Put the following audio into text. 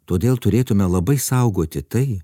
todėl turėtume labai saugoti tai